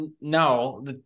no